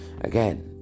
Again